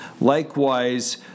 Likewise